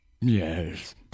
Yes